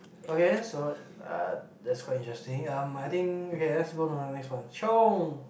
okay so uh that's quite interesting and I think let's go to the next one chiong